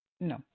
No